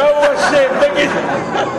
מה, שוב אני אשם?